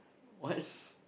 what